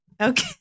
Okay